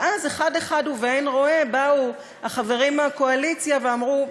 ואז אחד-אחד ובאין רואה באו החברים מהקואליציה ואמרו: